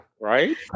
right